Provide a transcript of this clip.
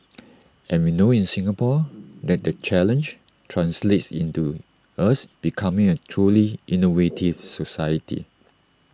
and we know in Singapore that that challenge translates into us becoming A truly innovative society